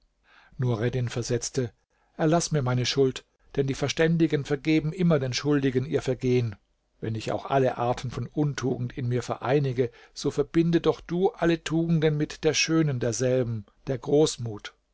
nureddin versetzte erlaß mir meine schuld denn die verständigen vergeben immer den schuldigen ihr vergehen wenn ich auch alle arten von untugend in mir vereinige so verbinde doch du alle tugenden mit der schönsten derselben der großmut